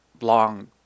long